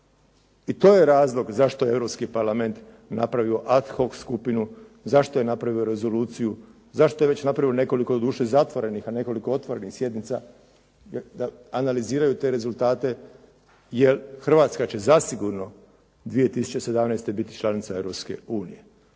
I to je razlog zašto Europski parlament napravio ad hoc skupinu, zašto je napravio rezoluciju, zašto je već napravio nekoliko doduše zatvorenih, a nekoliko otvorenih sjednica da analiziraju te rezultate jer Hrvatska će zasigurno 2017. biti članica Europske unije.